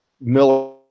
Miller